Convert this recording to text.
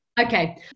Okay